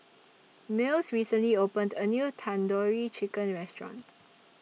Mills recently opened A New Tandoori Chicken Restaurant